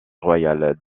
royale